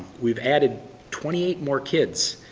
we've added twenty eight more kids.